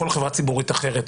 עם כל חברה ציבורית אחרת,